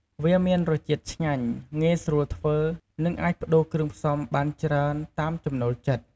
វាមានរសជាតិ ឆ្ងាញ់ ងាយស្រួលធ្វើ និងអាចប្ដូរគ្រឿងផ្សំបានច្រើនតាមចំណូលចិត្ត។